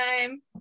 time